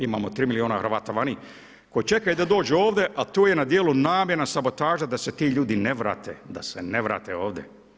Imamo 3 milijuna Hrvata vani koji čekaju da dođu ovdje a tu je na djelu namjerna sabotaža da se ti ljudi ne vrate, da se ne vrate ovdje.